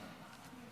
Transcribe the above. להם.